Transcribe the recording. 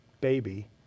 baby